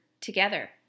together